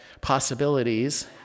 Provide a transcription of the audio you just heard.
possibilities